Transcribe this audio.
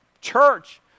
church